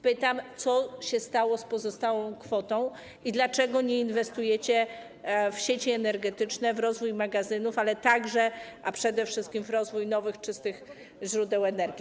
Pytam, co się stało z pozostałą kwotą i dlaczego nie inwestujecie w sieci energetyczne, w rozwój magazynów, a przede wszystkim w rozwój nowych, czystych źródeł energii.